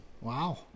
Wow